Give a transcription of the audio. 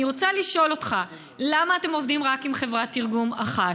אני רוצה לשאול אותך: למה אתם עובדים רק עם חברת תרגום אחת?